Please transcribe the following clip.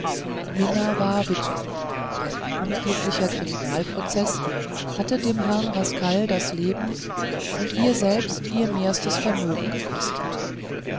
mina war witwe ein unglücklicher kriminal prozeß hatte dem herrn rascal das leben und ihr selbst ihr mehrstes vermögen gekostet